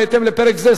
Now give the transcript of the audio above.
בהתאם לפרק זה,